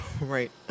Right